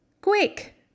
Quick